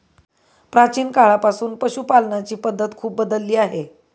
प्राचीन काळापासून पशुपालनाची पद्धत खूप बदलली आहे